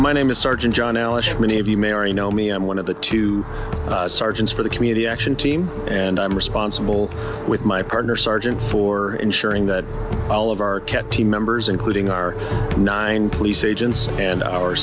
me i'm one of the two sergeants for the community action team and i'm responsible with my partner sergeant for ensuring that all of our cat team members including our nine police agents and our